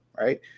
right